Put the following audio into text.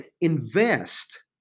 invest